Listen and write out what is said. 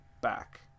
back